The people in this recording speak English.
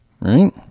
right